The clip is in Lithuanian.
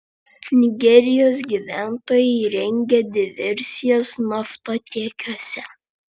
nigerijos gyventojai rengia diversijas naftotiekiuose